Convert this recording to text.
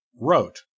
wrote